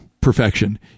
perfection